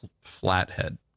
flathead